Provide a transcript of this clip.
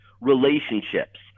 relationships